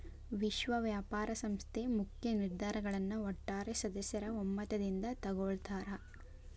ವಿಶ್ವ ವ್ಯಾಪಾರ ಸಂಸ್ಥೆ ಮುಖ್ಯ ನಿರ್ಧಾರಗಳನ್ನ ಒಟ್ಟಾರೆ ಸದಸ್ಯರ ಒಮ್ಮತದಿಂದ ತೊಗೊಳ್ತಾರಾ